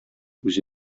үзе